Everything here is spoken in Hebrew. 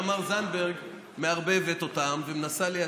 אבל עכשיו תמר זנדברג מערבבת אותם ומנסה לייצר,